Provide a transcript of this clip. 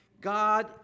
God